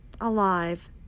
alive